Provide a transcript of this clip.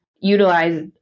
utilize